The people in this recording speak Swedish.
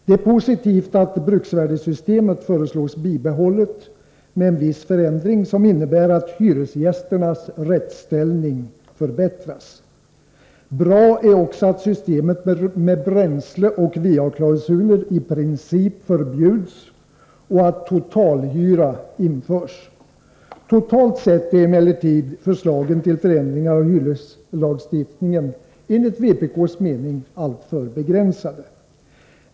Det är positivt att bruksvärdessystemet föreslås bibehållet, med en viss förändring som innebär att hyresgästernas rättsställning förbättras. Bra är också att systemet med bränsleoch va-klausuler i princip förbjuds och att totalhyra införs. Totalt sett är emellertid förslagen till förändringar av hyreslagstiftningen enligt vpk:s mening alltför begränsade.